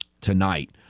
tonight